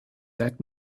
that